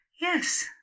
Yes